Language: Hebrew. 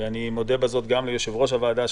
אני מודה בזאת גם ליושב-ראש הוועדה,